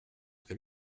très